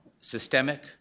systemic